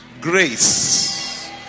grace